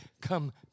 come